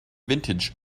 vintage